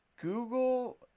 Google –